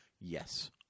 yes